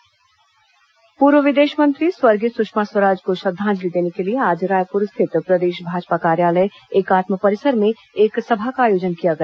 भाजपा श्रद्धांजलि पूर्व विदेश मंत्री स्वर्गीय सुषमा स्वराज को श्रद्वांजलि देने के लिए आज रायपुर स्थित प्रदेश भाजपा कार्यालय एकात्म परिसर में एक सभा का आयोजन किया गया